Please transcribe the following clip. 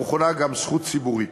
המכונה גם זכות ציבורית.